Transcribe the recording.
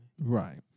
right